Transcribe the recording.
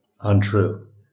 untrue